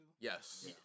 Yes